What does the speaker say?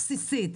ובסיסית.